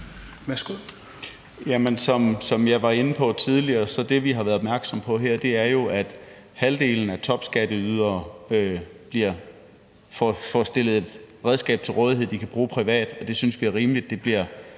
Som jeg var inde på tidligere, er det, vi har været opmærksomme på her, jo, at halvdelen af topskatteyderne får stillet et redskab til rådighed, som de kan bruge privat, og vi synes, det er rimeligt,